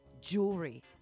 jewelry